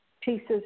pieces